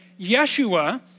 Yeshua